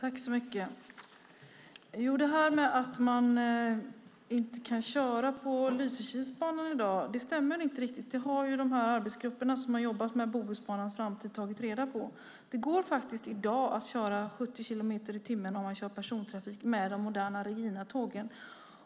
Fru talman! Det här att man inte kan köra på Lysekilsbanan i dag stämmer inte riktigt. Det har de arbetsgrupper som har jobbat med Bohusbanans framtid tagit reda på. Det går faktiskt i dag att köra 70 kilometer i timmen om man kör persontrafik med de moderna Reginatågen.